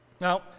Now